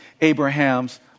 Abraham's